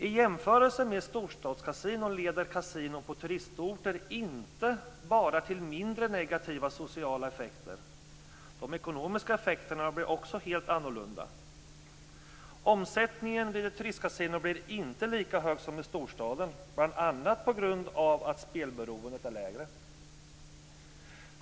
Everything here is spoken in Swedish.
I jämförelse med storstadskasinon leder kasinon på turistorter inte bara till mindre negativa sociala effekter, utan de ekonomiska effekterna blir också helt annorlunda. Omsättningen vid ett turistkasino blir inte lika hög som i storstaden, bl.a. på grund av att spelberoendet är lägre.